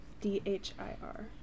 D-H-I-R